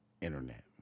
Internet